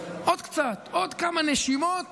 עוד קצת, עוד כמה נשימות